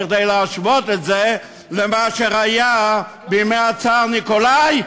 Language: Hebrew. כדי להשוות את זה למה שהיה בימי הצאר ניקולאי,